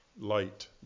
Light